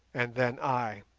and then i